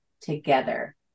together